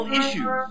issues